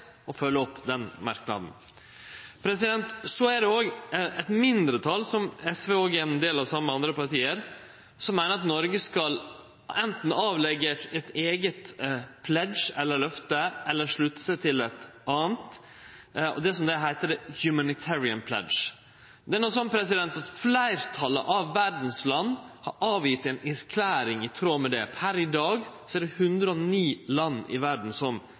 opp den merknaden. Det er òg eit mindretal, som SV saman med andre parti er ein del av, som meiner at Noreg anten skal gje eit eige «pledge», eller løfte, eller slutte seg til eit anna – det som heiter Humanitarian Pledge. Det er no sånn at fleirtalet av landa i verda har gjeve ei erklæring i tråd med det. Per i dag er det 109 land i verda som